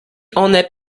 one